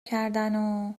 کردن